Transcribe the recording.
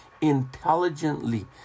intelligently